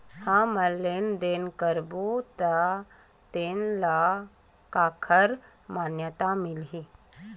हमन लेन देन करबो त तेन ल काखर मान्यता मिलही?